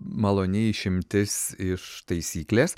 maloni išimtis iš taisyklės